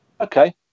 Okay